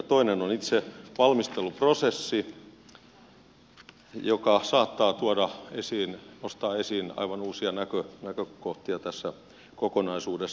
toinen on itse valmisteluprosessi joka saattaa nostaa esiin aivan uusia näkökohtia tässä kokonaisuudessa